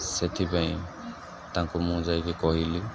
ସେଥିପାଇଁ ତାଙ୍କୁ ମୁଁ ଯାଇକି କହିଲି